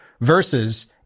versus